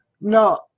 No